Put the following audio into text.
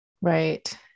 right